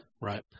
Right